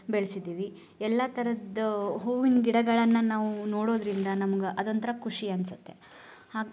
ಬೆಳ್ಸಿದ್ದೀವಿ ಎಲ್ಲ ಥರದ ಹೂವಿನ ಗಿಡಗಳನ್ನ ನಾವು ನೋಡೋದರಿಂದ ನಮ್ಗೆ ಅದೊಂದು ಥರ ಖುಷಿ ಅನ್ನಿಸುತ್ತೆ ಹಾಗೆ